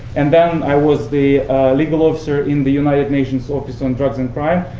and then i was the legal officer in the united nations office on drugs and crime,